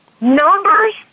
numbers